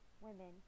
women